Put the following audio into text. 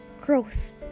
Growth